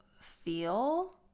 feel